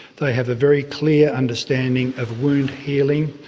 they have a very clear understanding of wound healing,